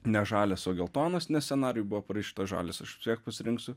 ne žalias o geltonas nes scenarijuj buvo parašyta žalias aš vis tiek pasirinksiu